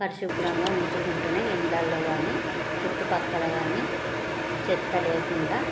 పరిశుభ్రంగా ఉంచుకుంటేనే ఇండ్లల్లో గానీ చుట్టుపక్కల గానీ చెత్త లేకుండా